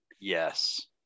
Yes